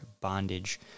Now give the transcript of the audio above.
bondage